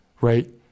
right